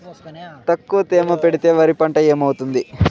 తక్కువ తేమ పెడితే వరి పంట ఏమవుతుంది